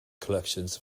collections